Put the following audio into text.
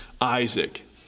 Isaac